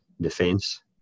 defense